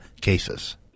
cases